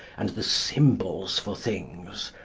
and the symbols for things.